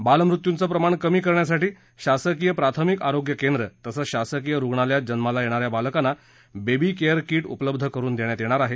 बालमृत्यूचं प्रमाण कमी करण्यासाठी शासकीय प्राथमिक आरोग्यकेंद्र तसंच शासकीय रुग्णालयात जन्माला येणा या बालकांना बेबी केअर कीट उपलब्ध करुन देण्यात येणार आहे